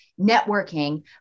networking